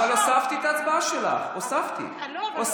אבל הוספתי את ההצבעה שלך, הוספתי.